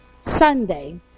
Sunday